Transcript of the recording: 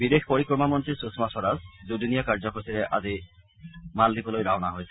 বিদেশ পৰিক্ৰমা মন্ত্ৰী সুষমা স্বৰাজ দুদিনীয়া ভ্ৰমণসূচীৰে আজি মালদ্বীপলৈ ৰাওনা হৈছে